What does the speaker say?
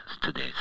today